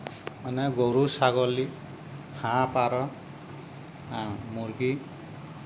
মানে গৰু ছাগলী হাঁহ পাৰ মূৰ্গী